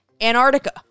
Antarctica